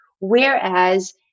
Whereas